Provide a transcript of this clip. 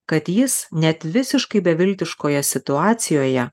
kad jis net visiškai beviltiškoje situacijoje